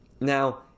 Now